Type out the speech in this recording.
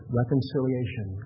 reconciliation